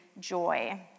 joy